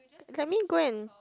can we go and